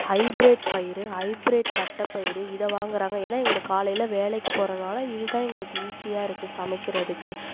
hybrid பயிர் hybrid தட்டை பயிர் இதை வாங்குகிறாங்க ஏனால் எங்களுக்கு காலையில் வேலைக்கு போகிறதுனால இதுதான் எங்களுக்கு ஈஸியாகருக்கு சமைக்கிறதுக்கு